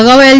અગાઉ એલ